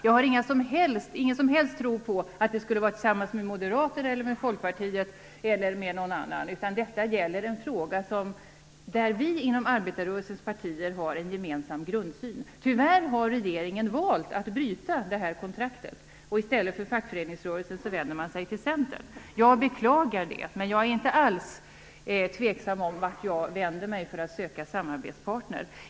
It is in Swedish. Jag har ingen som helst tro på att det skall ske tillsammans med Moderaterna, Folkpartiet eller med någon annan. Detta gäller en fråga där vi inom arbetarrörelsens partier har en gemensam grundsyn. Tyvärr har regeringen valt att bryta det kontraktet. I stället för till fackföreningsrörelsen vänder man sig till Centern. Jag beklagar det. Men jag är inte alls tveksam om vart jag vänder mig för att söka samarbetspartner.